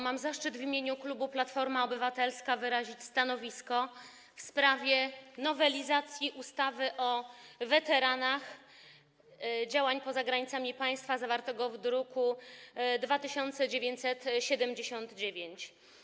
Mam zaszczyt w imieniu klubu Platforma Obywatelska wyrazić stanowisko w sprawie nowelizacji ustawy o weteranach działań poza granicami państwa zawartej w druku nr 2797.